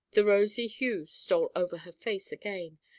the rosy hue stole over her face again,